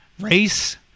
race